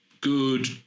good